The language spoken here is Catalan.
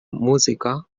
música